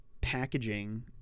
packaging